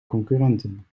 concurrenten